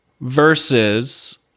versus